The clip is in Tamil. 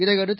இதையடுத்து